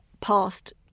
past